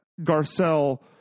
Garcelle